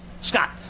Scott